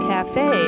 Cafe